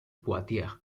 poitiers